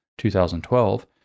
2012